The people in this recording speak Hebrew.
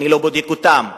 אני לא בודק אותם,